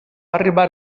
arribar